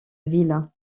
ville